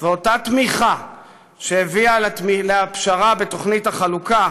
ואותה תמיכה שהביאה לפשרה בתוכנית החלוקה